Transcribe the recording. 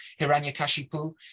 Hiranyakashipu